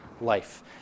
life